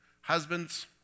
husbands